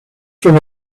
from